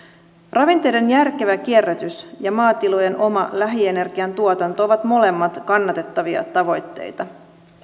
ravinteiden järkevä kierrätys ja maatilojen oma lähienergiantuotanto ovat molemmat kannatettavia tavoitteita